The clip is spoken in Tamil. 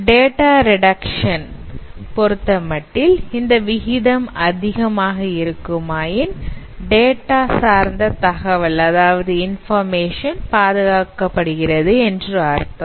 டேட்டா ரெடக்ஷன் பொருத்தமட்டில் இந்த விகிதம் அதிகமாக இருக்குமாயின் டேட்டா சார்ந்த தகவல் பாதுகாக்கப்படுகிறது என்று அர்த்தம்